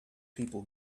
people